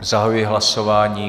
Zahajuji hlasování.